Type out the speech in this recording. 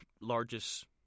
largest